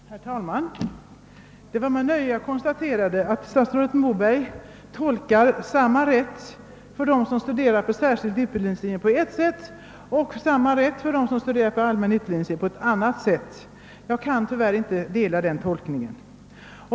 Herr talman! Det är med intresse jag konstaterar att statsrådet Moberg tolkar »samma rätt» på ett sätt för dem som studerar på särskild utbildningslinje och på ett annat sätt för dem som studerar på allmän utbildningslinje. Jag kan tyvärr inte ansluta mig till den tolkningen.